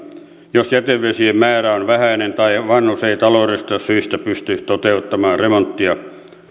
jos jätevesien määrä on vähäinen tai vanhus ei taloudellisista syistä pystyisi toteuttamaan remonttia